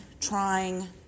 trying